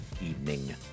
evening